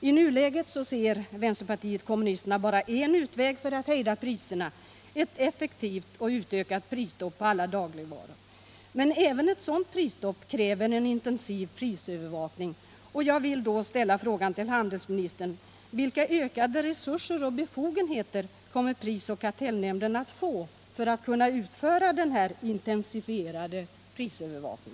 I nuläget ser vänsterpartiet kommunisterna bara en utväg för att hejda prisökningarna, nämligen ett effektivt och utökat prisstopp på alla dagligvaror. Men även ett sådant prisstopp kräver en intensiv prisövervakning, och jag vill fråga handelsministern: Vilka ökade resurser och befogenheter kommer prisoch kartellnämnden att få för att kunna utföra denna intensifierade prisövervakning?